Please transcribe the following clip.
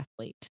athlete